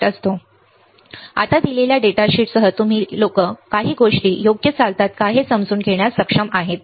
आता दिलेल्या डेटाशीटसाठी दिलेल्या डेटा शीटसह तुम्ही लोक गोष्टी कशा गोष्टी योग्य कसे चालतात हे समजून घेण्यास सक्षम असाल